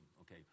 Okay